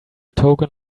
token